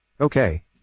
Okay